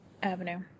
Avenue